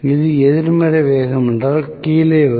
இது எதிர்மறை வேகம் என்றால் கீழே வரும்